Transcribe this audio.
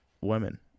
women